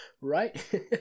right